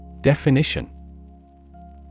Definition